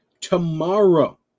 tomorrow